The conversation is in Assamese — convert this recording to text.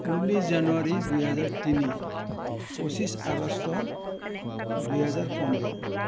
ঊনৈছ জানুৱাৰী দুই হাজাৰ তিনি পঁচিছ আগষ্ট দুই হাজাৰ পোন্ধৰ